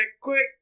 quick